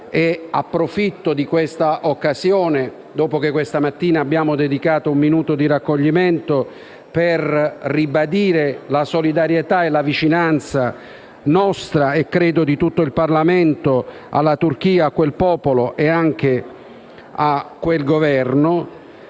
e approfitto di questa occasione, dopo che questa mattina abbiamo dedicato un minuto di raccoglimento, per ribadire la solidarietà e la vicinanza nostra e credo di tutto il Parlamento alla Turchia, a quel popolo e anche a quel Governo.